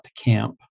camp